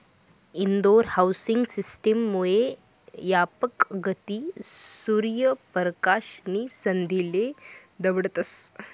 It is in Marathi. इंदोर हाउसिंग सिस्टम मुये यापक गती, सूर्य परकाश नी संधीले दवडतस